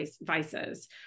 vices